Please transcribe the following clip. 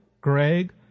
Greg